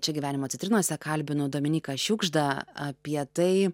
čia gyvenimo citrinose kalbinu dominyką šiugždą apie tai